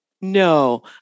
No